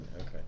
Okay